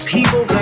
People